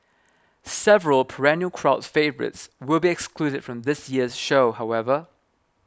several perennial crowd favourites will be excluded from this year's show however